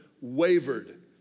wavered